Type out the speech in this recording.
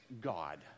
God